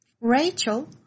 Rachel